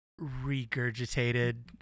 regurgitated